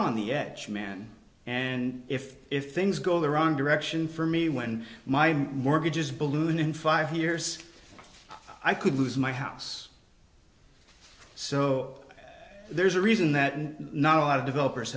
on the edge man and if if things go the wrong direction for me when my mortgages balloon in five years i could lose my house so there's a reason that and not a lot of developers